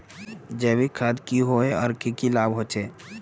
जैविक खाद की होय आर की की लाभ होचे?